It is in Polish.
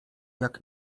jak